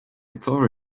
tore